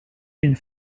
d’une